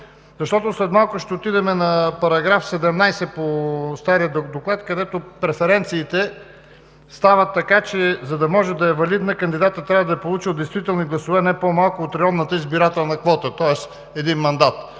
защото след малко ще отидем на § 17 по стария доклад, където преференциите стават така, че за да може да е валидна, кандидатът трябва да е получил действителни гласове не по-малко от районната избирателна квота, тоест един мандат.